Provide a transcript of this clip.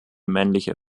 männliche